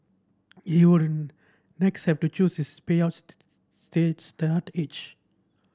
he would next have to choose his payout state start age